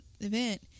event